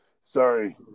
sorry